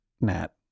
Nat